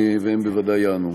והם בוודאי יענו.